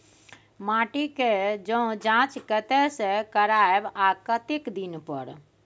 माटी के ज जॉंच कतय से करायब आ कतेक दिन पर?